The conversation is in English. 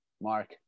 Mark